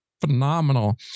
phenomenal